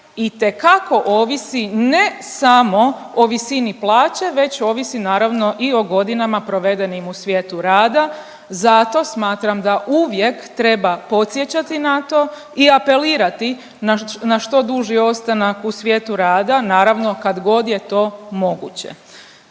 itekako ovisi ne samo o visini plaće, već ovisi, naravno i o godinama provedenim u svijetu rada. Zato smatram da uvijek treba podsjećati na to i apelirati na što duži ostanak u svijetu rada, naravno, kad god je to moguće.